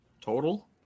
Total